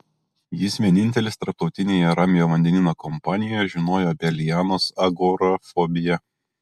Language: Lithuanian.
jis vienintelis tarptautinėje ramiojo vandenyno kompanijoje žinojo apie lianos agorafobiją